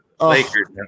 Lakers